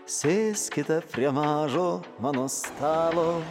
sėskite prie mažo mano stalo